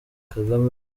kagame